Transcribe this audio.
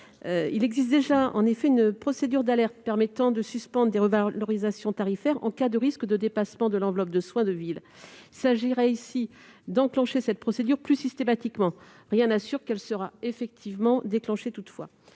Il existe déjà une procédure d'alerte permettant de suspendre des revalorisations tarifaires, en cas de risque de dépassement de l'enveloppe de soins de ville. Il s'agirait ici d'enclencher cette procédure plus systématiquement. Rien n'assure, toutefois, qu'elle sera effectivement déclenchée. Il serait